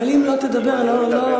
אם אני לא אדבר לא יהיה דיון.